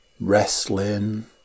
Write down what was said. wrestling